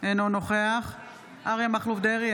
אינו נוכח אריה מכלוף דרעי,